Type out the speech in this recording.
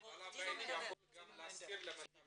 כי הוא גם יכול להסתיר את זה מהמתווך.